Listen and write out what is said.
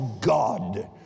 God